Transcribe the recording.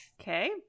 Okay